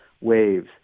waves